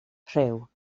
rhyw